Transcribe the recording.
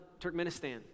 Turkmenistan